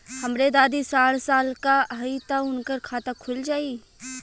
हमरे दादी साढ़ साल क हइ त उनकर खाता खुल जाई?